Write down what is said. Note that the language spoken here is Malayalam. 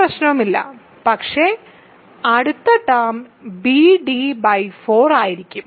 ഒരു പ്രശ്നവുമില്ല പക്ഷേ അടുത്ത ടേം bd4 ആയിരിക്കും